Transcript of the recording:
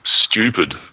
stupid